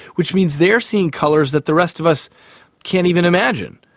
which means they are seeing colours that the rest of us can't even imagine.